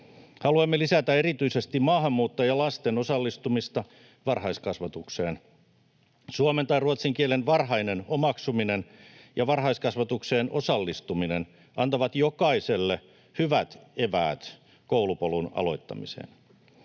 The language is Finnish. Haluamme lisätä erityisesti maahanmuuttajalasten osallistumista varhaiskasvatukseen. Suomen tai ruotsin kielen varhainen omaksuminen ja varhaiskasvatukseen osallistuminen antavat jokaiselle hyvät eväät koulupolun aloittamiseen.